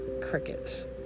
Crickets